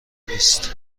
نیست